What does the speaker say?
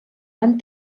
van